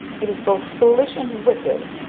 it is both foolish and wicked!